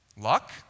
Luck